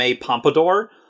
pompadour